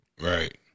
right